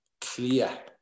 clear